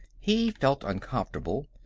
he felt uncomfortable.